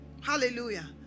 hallelujah